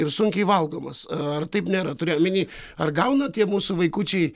ir sunkiai valgomas ar taip nėra turiu omeny ar gauna tie mūsų vaikučiai